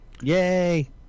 Yay